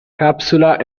capsula